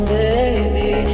baby